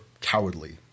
cowardly